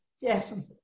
Yes